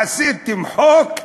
עשיתם חוק כאילו.